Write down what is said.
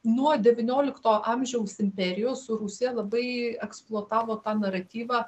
nuo devyniolikto amžiaus imperijos o rusija labai eksploatavo tą naratyvą